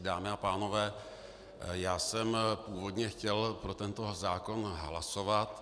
Dámy a pánové, já jsem původně chtěl pro tento zákon hlasovat.